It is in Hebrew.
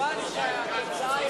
כיוון שהתוצאה היא